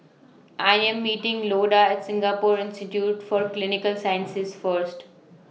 I Am meeting Loda At Singapore Institute For Clinical Sciences First